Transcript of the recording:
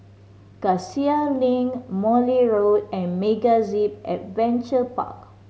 Cassia Link Morley Road and MegaZip Adventure Park